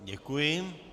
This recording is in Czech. Děkuji.